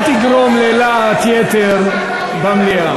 אל תגרום ללהט יתר במליאה.